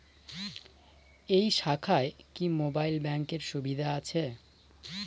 এই শাখায় কি মোবাইল ব্যাঙ্কের সুবিধা আছে?